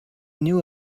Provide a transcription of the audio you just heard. knew